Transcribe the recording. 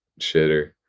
shitter